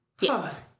Yes